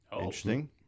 Interesting